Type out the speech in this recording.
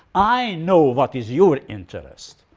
i know what is your interest.